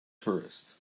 tourists